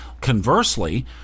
conversely